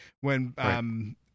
when-